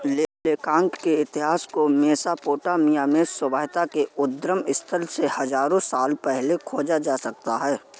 लेखांकन के इतिहास को मेसोपोटामिया में सभ्यता के उद्गम स्थल से हजारों साल पहले खोजा जा सकता हैं